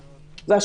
ב',